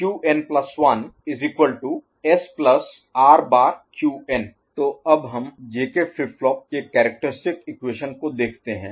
तो अब हम J K फ्लिप फ्लॉप के कैरेक्टरिस्टिक इक्वेशन को देखते हैं